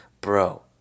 bro